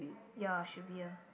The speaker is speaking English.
ya should be ah